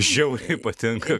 žiauriai patinka